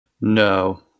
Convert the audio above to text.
No